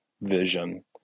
vision